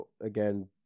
again